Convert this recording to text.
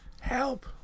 help